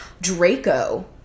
Draco